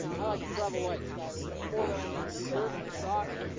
i like to travel light nothing more than i need shirt, socks,